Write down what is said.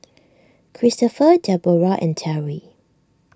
Christopher Deborrah and Terry